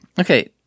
Okay